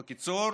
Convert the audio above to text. בקיצור,